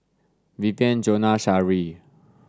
Vivien Jonna Shari